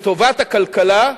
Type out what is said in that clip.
לטובת הכלכלה,